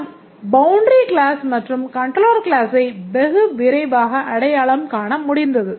நாம் boundary class மற்றும் controller கிளாஸை வெகுவிரைவாக அடையாளம் காண முடிந்தது